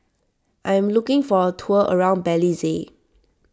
I am looking for a tour around Belize